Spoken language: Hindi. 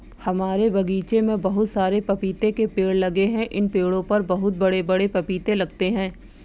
हमारे बगीचे में बहुत सारे पपीते के पेड़ लगे हैं इन पेड़ों पर बहुत बड़े बड़े पपीते लगते हैं